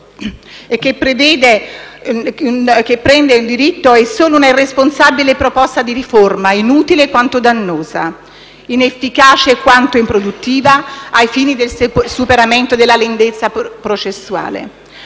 che avete presentato è solo una irresponsabile proposta di riforma, inutile quanto dannosa, inefficace quanto improduttiva ai fini del superamento della lentezza processuale.